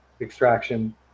extraction